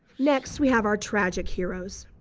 next, we have our tragic heroes.